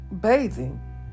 bathing